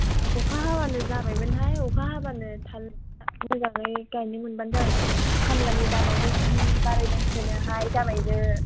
अखा हाबानो जाबाय मोनहाय अखा हाबानो मोजांयै गायनो मोनबानो जाबाय मोन खामलानि दामआबो जि बारायबायसोनो हाय जामायजो